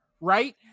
right